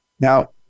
Now